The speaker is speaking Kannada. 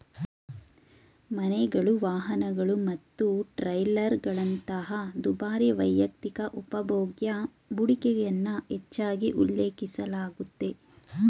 ಮನೆಗಳು, ವಾಹನಗಳು ಮತ್ತು ಟ್ರೇಲರ್ಗಳಂತಹ ದುಬಾರಿ ವೈಯಕ್ತಿಕ ಉಪಭೋಗ್ಯ ಹೂಡಿಕೆಯನ್ನ ಹೆಚ್ಚಾಗಿ ಉಲ್ಲೇಖಿಸಲಾಗುತ್ತೆ